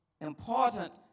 important